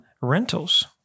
rentals